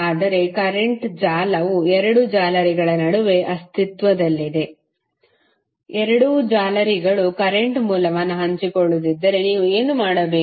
ಆದರೆ ಕರೆಂಟ್ ಜಾಲವು ಎರಡು ಜಾಲರಿಗಳ ನಡುವೆ ಅಸ್ತಿತ್ವದಲ್ಲಿದ್ದರೆ ಎರಡೂ ಜಾಲರಿಗಳು ಕರೆಂಟ್ ಮೂಲವನ್ನು ಹಂಚಿಕೊಳ್ಳುತ್ತಿದ್ದರೆ ನೀವು ಏನು ಮಾಡಬೇಕು